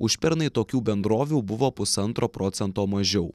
užpernai tokių bendrovių buvo pusantro procento mažiau